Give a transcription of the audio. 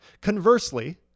Conversely